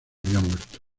muerto